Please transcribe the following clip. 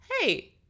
hey